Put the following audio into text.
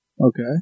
Okay